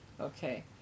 Okay